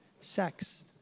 sex